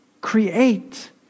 create